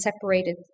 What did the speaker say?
separated